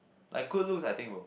like good looks I think will